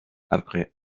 après